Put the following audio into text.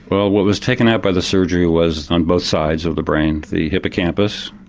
well what was taken out by the surgery was on both sides of the brain. the hippocampus,